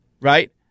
right